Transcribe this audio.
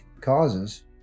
causes